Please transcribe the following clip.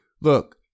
look